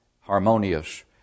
harmonious